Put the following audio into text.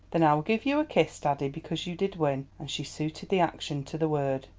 then i will give you a kiss, daddy, because you did win, and she suited the action to the word.